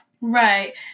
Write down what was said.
right